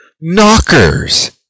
Knockers